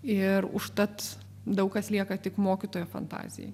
ir užtat daug kas lieka tik mokytojo fantazijai